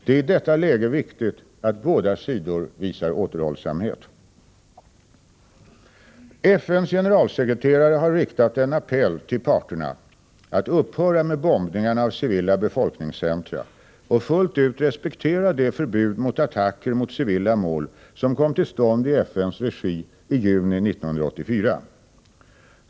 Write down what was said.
Det är i detta läge viktigt att båda sidor visar återhållsamhet. FN:s generalsekreterare har riktat en appell till parterna att upphöra med bombningarna av civila befolkningscentra och fullt ut respektera det förbud mot attacker mot civila mål som kom till stånd i FN:s regi i juni 1984.